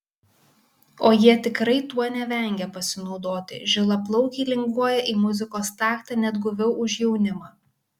o jie tikrai tuo nevengia pasinaudoti žilaplaukiai linguoja į muzikos taktą net guviau už jaunimą